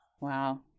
Wow